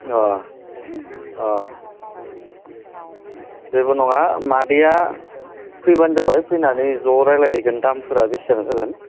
अ अ जेबो नङा मादैया फैबानो जाबाय फैनानै ज' रायज्लायहैगोन दामफोरा बेसेबां जागोन